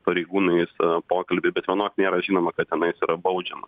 pareigūnais pokalbį bet vienok nėra žinoma kad tenais yra baudžiama